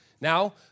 now